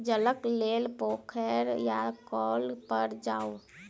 जलक लेल पोखैर या कौल पर जाऊ